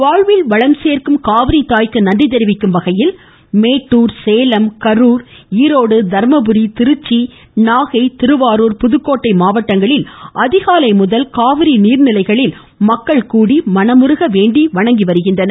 வாழ்வில் வளம் சேர்க்கும் காவிரி தாய்க்கு நன்றி தெரிவிக்கும் வகையில் மேட்டூர் சேலம் கருர் ஈரோடு தருமபுரி திருச்சி நாகை திருவாருர் புதுக்கோட்டை மாவட்டங்களில் அதிகாலைமுதல் காவிரி நீர்நிலைகளில் மக்கள் கூடி மனமுருக வேண்டி வணங்கி வருகின்றனர்